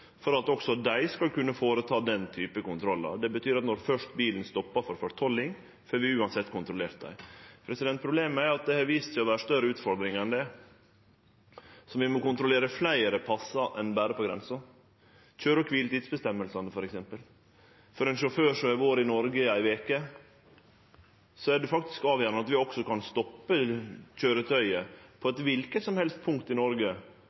for at også dei skal kunne gjere den typen kontrollar. Det betyr at når først bilen stoppar for fortolling, får vi uansett kontrollert han. Problemet er at det har vist seg å vere større utfordringar enn det, så vi må kontrollere fleire plassar enn berre på grensa. Ta f.eks. køyre- og kviletidsføresegnene. For ein sjåfør som har vore i Noreg ei veke, er det avgjerande at vi også kan stoppe køyretøyet på kva punkt som helst i Noreg,